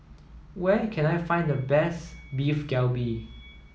where can I find the best Beef Galbi